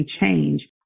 change